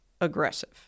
aggressive